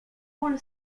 ból